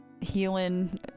Healing